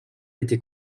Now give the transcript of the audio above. été